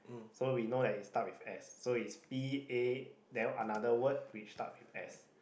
so we know that it start with S so it's p_a then another word which start with S